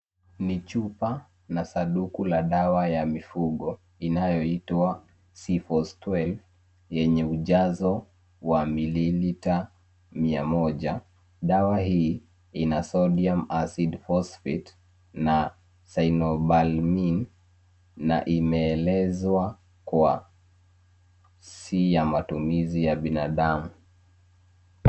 Ni chupa na sanduku la dawa ya mifugo inayoitwa C-Fos-12, yenye ujazo wa mililita mia moja. Dawa hii ina sodium acid phosphate na cyanobalamin , na imeelezwa kuwa, si ya matumizi ya binadamu.